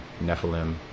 nephilim